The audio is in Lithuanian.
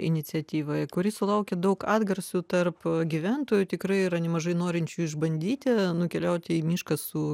iniciatyva kuri sulaukia daug atgarsių tarp gyventojų tikrai yra nemažai norinčių išbandyti nukeliauti į mišką su